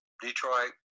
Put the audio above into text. Detroit